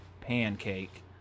pancake